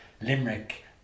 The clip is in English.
Limerick